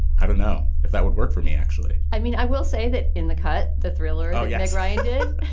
i don't know if that would work for me, actually i mean, i will say that in the cut the thriller oh, yeah ryan did